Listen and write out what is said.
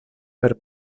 per